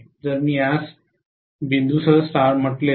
जर मी यास बिंदूसह स्टार म्हटले तर